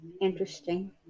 interesting